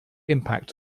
impact